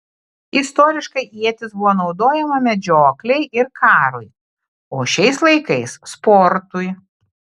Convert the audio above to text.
istoriškai ietis buvo naudojama medžioklei ir karui o šiais laikais sportui